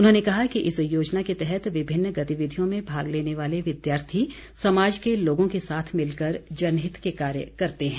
उन्होंने कहा कि इस योजना के तहत विभिन्न गतिविधियों में भाग लेने वाले विद्यार्थी समाज के लोगों के साथ मिलकर जनहित के कार्य करते हैं